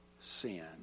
sin